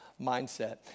mindset